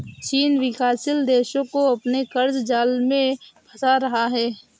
चीन विकासशील देशो को अपने क़र्ज़ जाल में फंसा रहा है